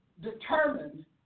determined